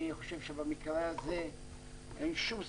ואני חושב שבמקרה הזה אין שום סיבה.